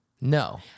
No